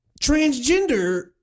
transgender